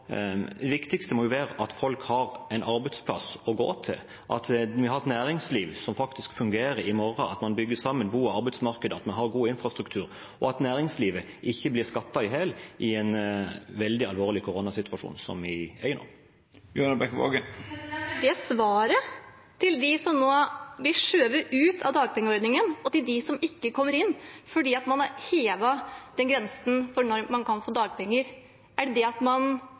gå til, at vi har et næringsliv som faktisk fungerer i morgen, at man bygger sammen bo- og arbeidsmarkeder, at vi har en god infrastruktur, og at næringslivet ikke blir skattet i hjel i den veldig alvorlige koronasituasjonen som vi er i nå. Er det svaret til dem som nå blir skjøvet ut av dagpengeordningen, og til dem som ikke kommer inn fordi man har hevet grensen for når man kan få dagpenger? Er det det at man